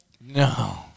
No